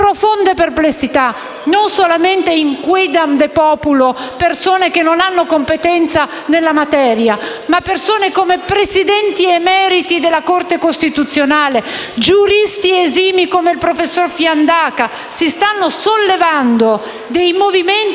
profonde perplessità, non solamente in *quidam de populo*, cioè in persone che non hanno competenza nella materia, ma anche in persone come presidenti emeriti della Corte costituzionale o giuristi esimi come il professor Fiandaca. Si stanno sollevando movimenti